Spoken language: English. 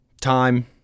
time